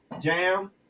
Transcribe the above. jam